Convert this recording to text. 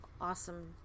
awesome